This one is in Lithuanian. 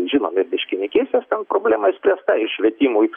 žinoma ir miškininkystės ten problema išspręsta ir švietimui